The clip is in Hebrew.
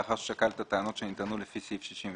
לאחר ששקל את הטענות שנטענו לפי סעיף 68,